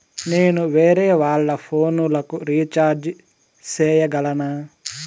నేను వేరేవాళ్ల ఫోను లకు రీచార్జి సేయగలనా?